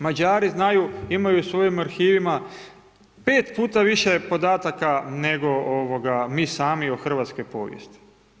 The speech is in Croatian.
Mađari znaju, imaju u svojim arhivima, 5 puta više podataka nego mi sami o hrvatskoj povijesti.